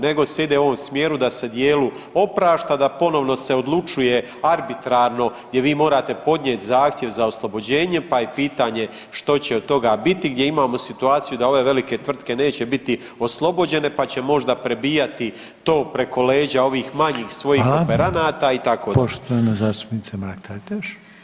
Nego se ide u ovom smjeru da se dijelu oprašta, da ponovno se odlučuje arbitrarno gdje vi morate podnijeti zahtjev za oslobođenje pa je pitanje što će od toga biti, gdje imamo situaciju da ove velike tvrtke neće biti oslobođene pa će možda prebijati to preko leđa ovih manjih svojih kooperanata itd.